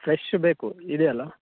fresh ಬೇಕು ಇದೆಯಲ್ಲ